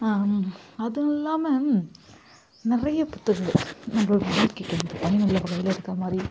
அது இல்லாமல் நிறைய புத்தகங்கள் நம்ம வாழ்க்கைக்கு அது பயனுள்ள வகையில இருக்கமாதிரி